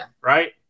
Right